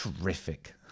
Terrific